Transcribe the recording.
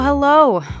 Hello